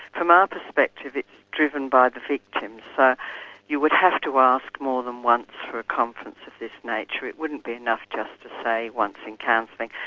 from our perspective it's driven by the victims, so you would have to ask more than once for a conference of this nature. it wouldn't be enough just to say once in counseling,